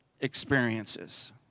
experiences